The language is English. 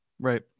Right